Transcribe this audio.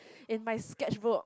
in my sketchbook